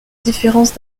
différence